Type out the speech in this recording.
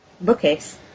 bookcase